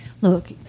Look